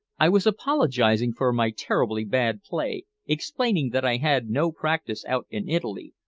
i was apologizing for my terribly bad play, explaining that i had no practice out in italy,